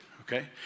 okay